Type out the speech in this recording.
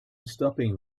stopping